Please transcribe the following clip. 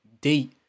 date